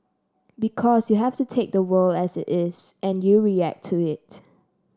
because you have to take the world as it is and you react to it